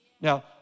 Now